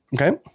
Okay